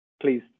please